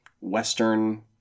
Western